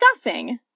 stuffing